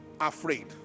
afraid